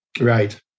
Right